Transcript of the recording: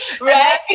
Right